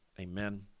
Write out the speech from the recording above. Amen